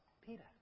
Peter